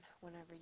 whenever